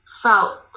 felt